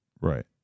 Right